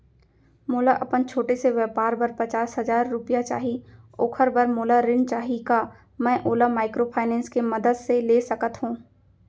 मोला अपन छोटे से व्यापार बर पचास हजार रुपिया चाही ओखर बर मोला ऋण चाही का मैं ओला माइक्रोफाइनेंस के मदद से ले सकत हो?